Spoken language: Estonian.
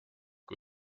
kui